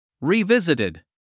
Revisited